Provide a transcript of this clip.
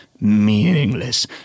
meaningless